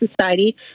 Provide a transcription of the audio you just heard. Society